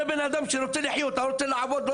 זה בן אדם שרוצה לחיות, רוצה לעבוד.